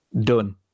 Done